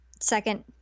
second